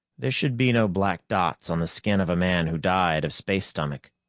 there should be no black dots on the skin of a man who died of space-stomach.